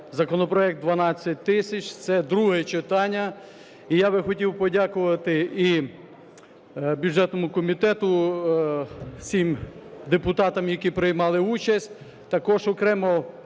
законопроект 12000, це друге читання. І я би хотів подякувати і бюджетному комітету, всім депутатам, які приймали участь, також окремо